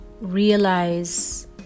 realize